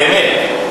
באמת,